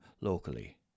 locally